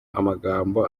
amagambo